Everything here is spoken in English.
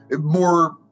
more